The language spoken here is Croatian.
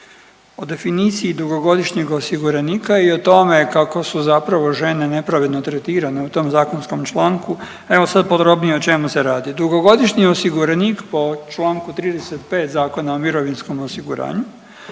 o definiciji dugogodišnjeg osiguranika i o tome kako su zapravo žene nepravedno tretirane u tom zakonskom članku. Evo sad podrobnije o čemu se radi. Dugogodišnji osiguranik po čl. 35. Zakona o mirovinskom osiguranju,